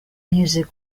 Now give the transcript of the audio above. music